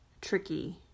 tricky